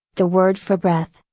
the word for breath,